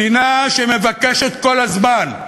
מדינה שמבקשת כל הזמן,